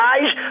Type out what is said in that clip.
guys